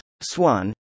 Swan